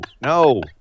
No